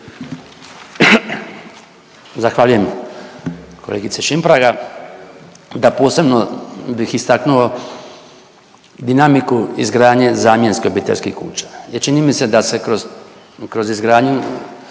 Zahvaljujem kolegice Šimpraga. Da posebno bih istaknuo dinamiku izgradnje zamjenskih obiteljskih kuća jer čini mi se da se kroz, kroz izgradnju